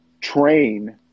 train